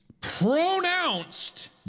pronounced